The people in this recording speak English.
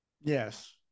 Yes